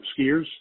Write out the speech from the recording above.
skiers